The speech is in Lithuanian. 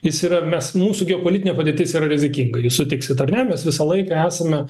jis yra mes mūsų geopolitinė padėtis yra rizikinga jūs sutiksit ar ne mes visą laiką esame